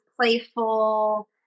playful